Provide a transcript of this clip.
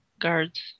guards